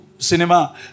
cinema